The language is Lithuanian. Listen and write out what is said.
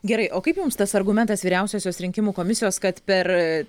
gerai o kaip mums tas argumentas vyriausiosios rinkimų komisijos kad per